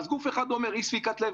גוף אחד אומר שאי ספיקת לב,